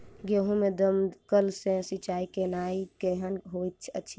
गेंहूँ मे दमकल सँ सिंचाई केनाइ केहन होइत अछि?